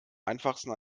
einfachsten